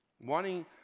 Wanting